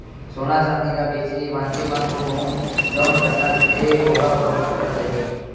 सोना चांदी ल बेंचे भांजे म थोक बहुत जउन कटना रहिथे ओहा बरोबर कट जाही